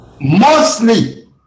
Mostly